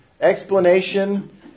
explanation